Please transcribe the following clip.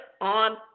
on